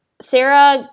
Sarah